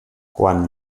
quan